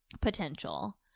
potential